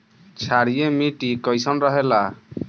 क्षारीय मिट्टी कईसन रहेला?